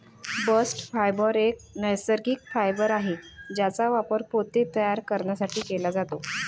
bast fibre एक नैसर्गिक fibre आहे ज्याचा वापर पोते तयार करण्यासाठी केला जातो